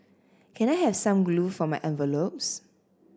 can I have some glue for my envelopes